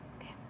okay